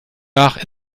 nach